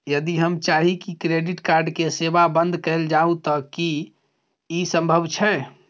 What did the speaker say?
यदि हम चाही की क्रेडिट कार्ड के सेवा बंद कैल जाऊ त की इ संभव छै?